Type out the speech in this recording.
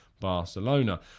Barcelona